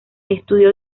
estudió